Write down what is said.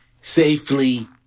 safely